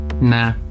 Nah